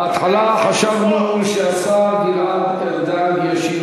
בהתחלה חשבנו שהשר גלעד ארדן ישיב,